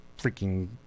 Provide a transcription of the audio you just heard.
freaking